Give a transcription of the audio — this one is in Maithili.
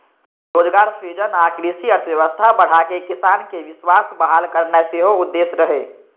रोजगार सृजन आ कृषि अर्थव्यवस्था बढ़ाके किसानक विश्वास बहाल करनाय सेहो उद्देश्य रहै